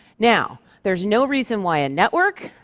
now, there's no reason why a network,